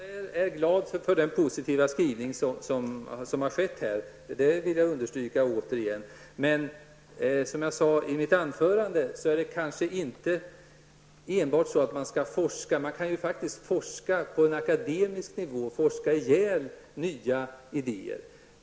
Herr talman! Jag är glad över den positiva skrivningen här. Det vill jag återigen understryka. Men som jag sade i mitt huvudanförande handlar det kanske inte enbart om forskningen som sådan. Man kan faktiskt forska på akademisk nivå och så att säga forska ihjäl nya idéer.